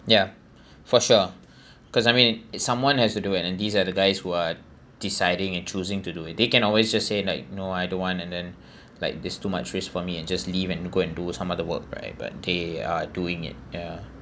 ya for sure cause I mean it's someone has to do and these are the guys who are deciding in choosing to do it they can always just say like no I don't want and then like this too much risk for me and just leave and go and do some other work right but they are doing it ya